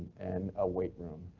and a weight room.